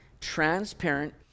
transparent